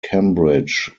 cambridge